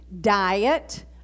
diet